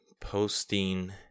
posting